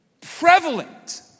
prevalent